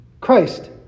christ